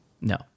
No